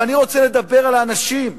אבל אני רוצה לדבר על האנשים,